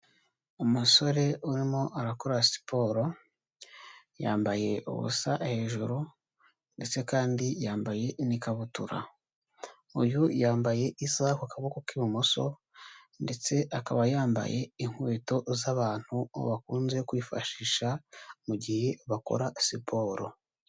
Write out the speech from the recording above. Umusore urimo arakora siporo, yambaye ubusa hejuru, ndetse kandi yambaye n'ikabutura. Uyu yambaye isaha ku kaboko k'ibumoso, ndetse akaba yambaye inkweto z'abantu bakunze kwifashisha mu gihe bakora siporo.